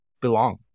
belong